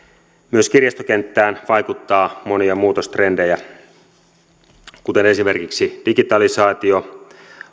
myös kirjastokenttään vaikuttaa monia muutostrendejä esimerkiksi digitalisaatio